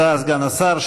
תודה לסגן השר.